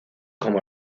como